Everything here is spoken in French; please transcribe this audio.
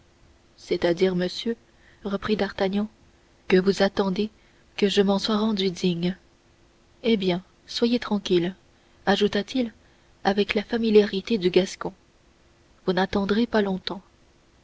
c'est-à-dire monsieur reprit d'artagnan que vous attendez que je m'en sois rendu digne eh bien soyez tranquille ajouta-til avec la familiarité du gascon vous n'attendrez pas longtemps